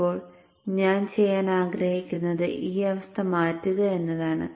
ഇപ്പോൾ ഞാൻ ചെയ്യാൻ ആഗ്രഹിക്കുന്നത് ഈ അവസ്ഥ മാറ്റുക എന്നതാണ്